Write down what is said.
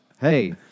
Hey